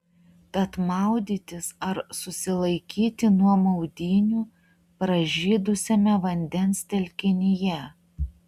tad maudytis ar susilaikyti nuo maudynių pražydusiame vandens telkinyje